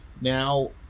Now